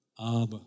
Abba